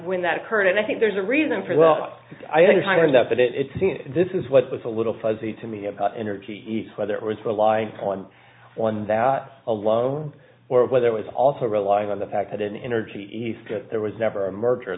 when that occurred and i think there's a reason for well i understand that but it seems this is what was a little fuzzy to me about energy whether it was rely on on that alone or whether it was also relying on the fact that in energy east there was never a merger